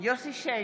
יוסף שיין,